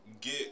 get